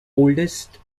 oldest